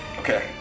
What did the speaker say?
Okay